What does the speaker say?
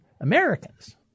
Americans